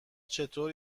چطور